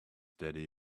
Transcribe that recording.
daddy